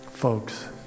Folks